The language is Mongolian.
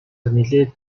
нэлээд